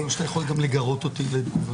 לא קבענו שאתה יכול גם לגרות אותי לתגובה.